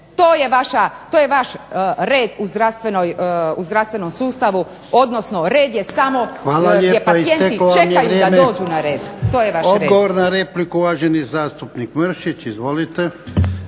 To je vaš red u zdravstvenom sustavu odnosno red je samo gdje pacijenti čekaju da dođu na red. **Jarnjak,